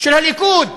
של הליכוד.